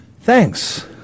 Thanks